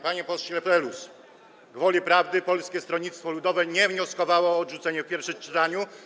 Panie pośle Telus, gwoli prawdy Polskie Stronnictwo Ludowe nie wnioskowało o odrzucenie w pierwszym czytaniu.